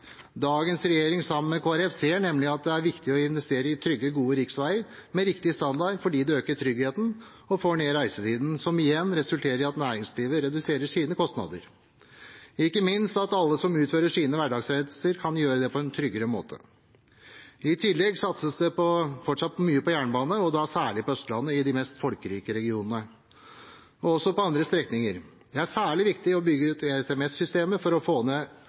Dagens regjering, sammen med Kristelig Folkeparti, ser nemlig at det er viktig å investere i trygge, gode riksveier med riktig standard, fordi det øker tryggheten og får ned reisetiden, som igjen resulterer i at næringslivet reduserer sine kostnader, og ikke minst at alle som gjennomfører sine hverdagsreiser, kan gjøre det på en tryggere måte. I tillegg satses det fortsatt mye på jernbane, særlig på Østlandet i de mest folkerike regionene, men også på andre strekninger. Det er særlig viktig å bygge ut ERTMS-systemet for å få